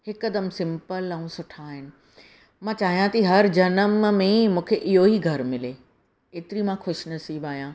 हिकदमि सिंपल ऐं सुठा आहिनि मां चाहियां थी हर जनम में ई मूंखे इहो ई घरि मिले एतिरी मां ख़ुशिनसीब आहियां